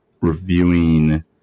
reviewing